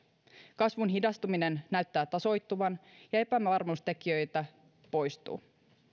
kasvun hidastuminen näyttää tasoittuvan ja epävarmuustekijöitä poistuu